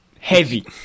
Heavy